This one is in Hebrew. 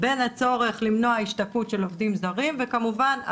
בין הצורך למנוע השתקעות של עובדים זרים וכמובן,